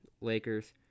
Lakers